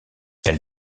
elle